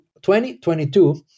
2022